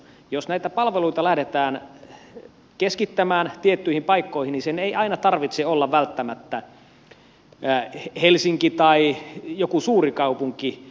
jos näitä palveluita lähdetään keskittämään tiettyihin paikkoihin niin sen ei aina tarvitse olla välttämättä helsinki tai joku suuri kaupunki